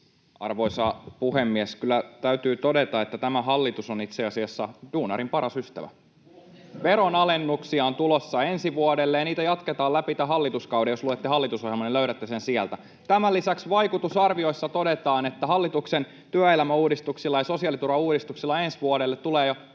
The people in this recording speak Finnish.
Arvoisa puhemies! Kyllä täytyy todeta, että tämä hallitus on itse asiassa duunarin paras ystävä. [Vasemmalta: Ohhoh! — Naurua] Veronalennuksia on tulossa ensi vuodelle, ja niitä jatketaan läpi tämän hallituskauden. Jos luette hallitusohjelman, niin löydätte sen sieltä. Tämän lisäksi vaikutusarvioissa todetaan, että hallituksen työelämäuudistuksilla ja sosiaaliturvauudistuksilla ensi vuodelle tulee jo